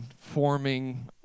forming